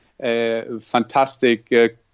fantastic